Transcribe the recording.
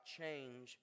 change